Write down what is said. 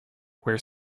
where